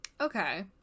okay